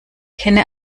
kenne